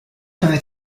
peuvent